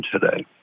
today